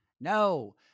No